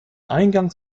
eingangs